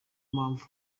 mpamvu